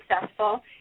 successful